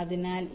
അതിനാൽ എനിക്ക്